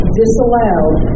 disallowed